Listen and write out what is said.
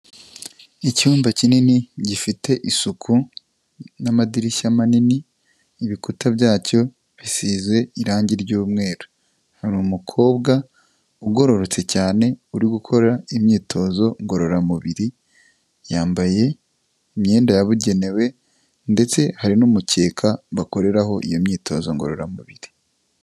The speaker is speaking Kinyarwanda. Icyumba kinini gifite isuku n'amadirishya manini, ibikuta bya cyo bisize irange ry'umweru, hari umukobwa ugororotse cyane uri gukora imyitozo ngororamubiri yambaye imyenda yabugenewe ndetse hari n'umukeka bakoreraho iyo myitozo ngororamubiri.